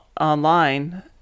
online